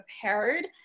prepared